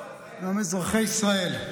גם אזרחי ישראל,